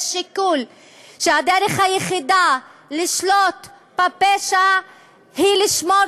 יש שיקול שהדרך היחידה לשלוט בפשע היא לשמור